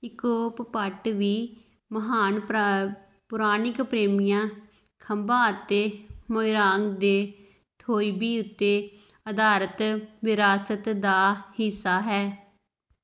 ਇਕੋਪ ਪਟ ਵੀ ਮਹਾਨ ਪਰਾ ਪੁਰਾਣਿਕ ਪ੍ਰੇਮਿਆਂ ਖੰਬਾ ਅਤੇ ਮੋਇਰਾਂਗ ਦੇ ਥੋਇਬੀ ਉੱਤੇ ਅਧਾਰਤ ਵਿਰਾਸਤ ਦਾ ਹਿੱਸਾ ਹੈ